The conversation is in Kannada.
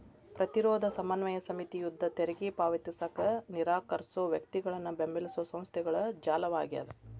ಪ್ರತಿರೋಧ ಸಮನ್ವಯ ಸಮಿತಿ ಯುದ್ಧ ತೆರಿಗೆ ಪಾವತಿಸಕ ನಿರಾಕರ್ಸೋ ವ್ಯಕ್ತಿಗಳನ್ನ ಬೆಂಬಲಿಸೊ ಸಂಸ್ಥೆಗಳ ಜಾಲವಾಗ್ಯದ